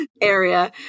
area